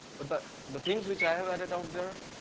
but the the things which i have added out there,